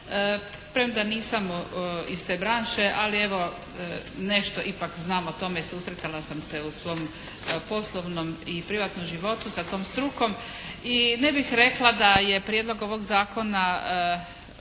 premda nisam iz te branše, ali evo nešto ipak znam o tome, susretala sam se u svom poslovnom i privatnom životu sa tom strukom i ne bih rekla da je prijedlog ovog zakona